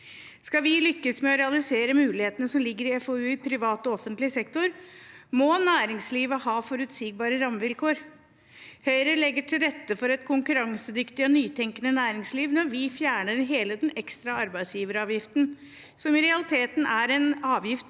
Skal vi lykkes med å realisere mulighetene som ligger i FoU i privat og offentlig sektor, må næringslivet ha forutsigbare rammevilkår. Høyre legger til rette for et konkurransedyktig og nytenkende næringsliv når vi fjerner hele den ekstra arbeidsgiveravgiften – som i realiteten er en avgift